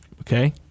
Okay